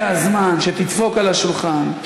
הגיע הזמן שתדפוק על השולחן,